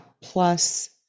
Plus